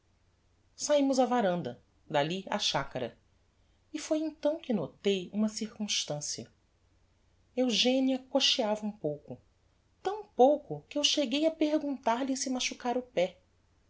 saímos á varanda dalli á chacara e foi então que notei uma circumstancia eugenia coxeava um pouco tão pouco que eu cheguei a perguntar-lhe se machucara o pé